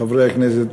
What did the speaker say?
חברי הכנסת,